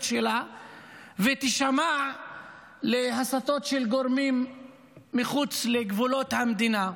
שלה ותישמע להסתות של גורמים מחוץ לגבולות המדינה,